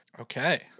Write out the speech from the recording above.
Okay